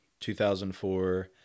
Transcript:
2004